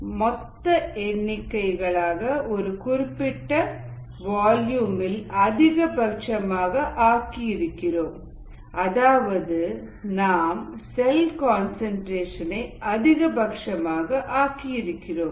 எனவே நாம் மொத்த செல்களின் எண்ணிக்கையை ஒரு குறிப்பிட்ட வால்யூமில் அதிகபட்சமாக ஆக்கி இருக்கிறோம் அதாவது நாம் செல் கன்சன்ட்ரேஷன் ஐ அதிகபட்சமாக ஆக்கி இருக்கிறோம்